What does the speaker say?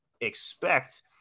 expect